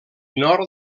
nord